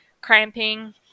cramping